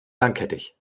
langkettig